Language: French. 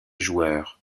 joueurs